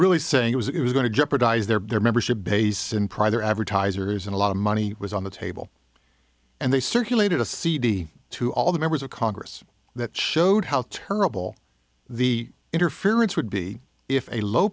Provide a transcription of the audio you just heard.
really saying was it was going to jeopardize their membership base in prior advertisers and a lot of money was on the table and they circulated a cd to all the members of congress that showed how terrible the interference would be if a low